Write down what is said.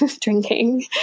drinking